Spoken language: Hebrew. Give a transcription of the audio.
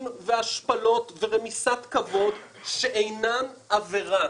והשפלות ורמיסת כבוד שאינם עבירה.